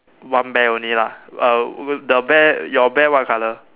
one bear only lah uh the bear your bear what colour